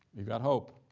you got hope.